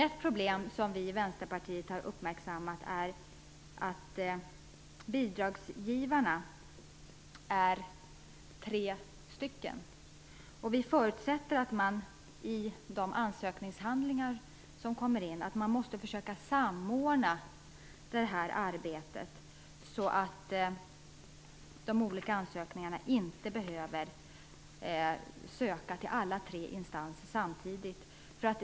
Ett problem som vi i Vänsterpartiet har uppmärksammat är att bidragsgivarna är tre stycken. Vi förutsätter att man i de ansökningshandlingarna försöker samordna arbetet så att ansökan inte behöver göras till alla tre instanserna.